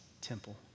temple